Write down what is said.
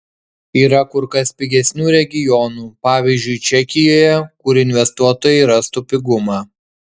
yra kur kas pigesnių regionų pavyzdžiui čekijoje kur investuotojai rastų pigumą